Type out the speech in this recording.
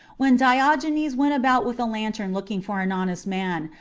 when diogenes went about with a lantern looking for an honest man,